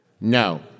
No